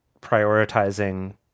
prioritizing